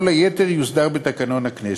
כל היתר יוסדר בתקנון הכנסת.